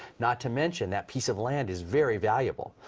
not to mention that piece of lands is very valuable.